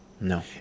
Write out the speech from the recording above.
No